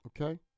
okay